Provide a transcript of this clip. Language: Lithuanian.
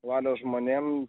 valios žmonėm